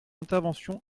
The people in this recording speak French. intervention